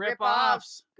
ripoffs